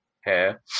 hair